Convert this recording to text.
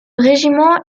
régiment